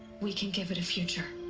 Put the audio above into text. we can give it a future